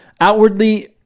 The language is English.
outwardly